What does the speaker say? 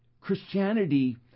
Christianity